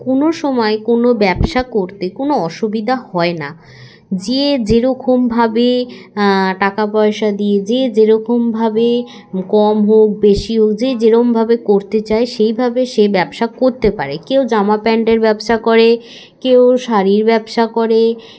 কোনো সময় কোনো ব্যবসা করতে কোনো অসুবিধা হয় না যে যেরকমভাবে টাকা পয়সা দিয়ে যে যেরকমভাবে কম হোক বেশি হোক যে যেরকমভাবে করতে চায় সেইভাবে সে ব্যবসা করতে পারে কেউ জামা প্যান্টের ব্যবসা করে কেউ শাড়ির ব্যবসা করে